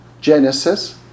Genesis